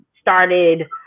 started